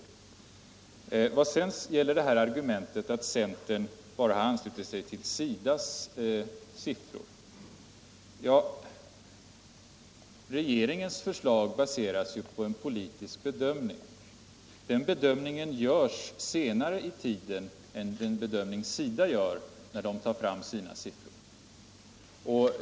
I vad gäller argumentet att centern bara anslutit sig till SIDA:s siffror vill jag tala om att regeringens förslag baserar sig på en politisk bedömning. Den bedömningen görs senare i tiden än den bedömning som SIDA gör när den organisationen tar fram sina siffror.